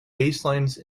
baselines